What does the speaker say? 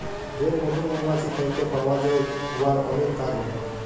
যে মধু মমাছি থ্যাইকে পাউয়া যায় উয়ার অলেক কাজ হ্যয়